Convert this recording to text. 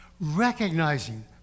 recognizing